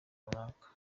runaka